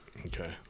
Okay